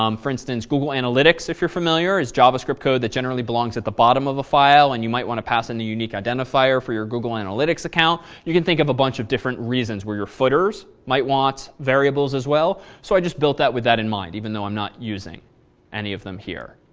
um for instance, google analytics, if you're familiar is javascript code that generally belongs at the bottom of the file. and you might want to pass in a unique identifier for your google analytics account. you can think of a bunch of different reasons where your footers might want variable as well. so i just built out with that in mind even though i'm not using any of them here.